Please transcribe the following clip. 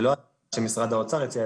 זה לא הצעה שמשרד האוצר הציע,